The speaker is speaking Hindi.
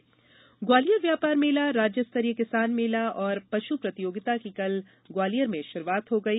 ग्वालियर मेला ग्वालियर व्यापार मेला राज्य स्तरीय किसान मेला और पशु प्रतियोगिता की कल ग्वालियर में शरूआत हो गयी